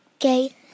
Okay